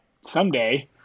someday